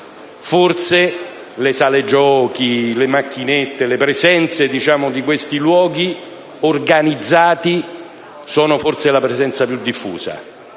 le sale giochi, le macchinette, questi luoghi organizzati sono forse la presenza più diffusa: